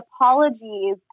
apologies